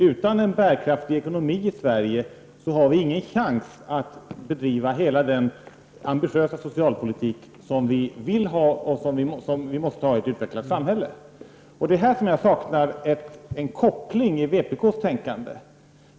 Utan en bärkraftig ekonomi i Sverige har vi ingen chans att bedriva hela den ambitiösa socialpolitik som vi vill och måste ha i ett utvecklat samhälle. Det är här som jag saknar en koppling i vpk-s tänkande.